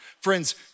Friends